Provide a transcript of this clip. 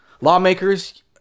lawmakers